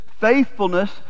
faithfulness